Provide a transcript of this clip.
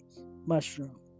mushroom